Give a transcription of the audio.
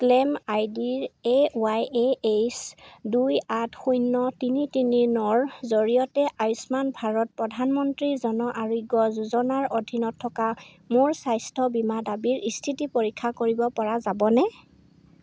claim আইডিৰ A Y A H দুই আঠ শূন্য় তিনি তিনি নৰ জৰিয়তে আয়ুষ্মান ভাৰত প্ৰধানমন্ত্ৰী জন আৰোগ্য যোজনাৰ অধীনত থকা মোৰ স্বাস্থ্য বীমা দাবীৰ স্থিতি পৰীক্ষা কৰিব পৰা যাবনে